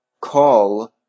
call